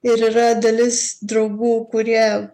ir yra dalis draugų kurie